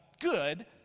Good